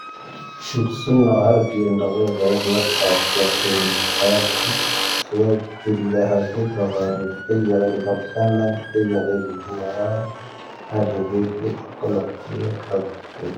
ⴰⵔⴻⵙⴰⴽ.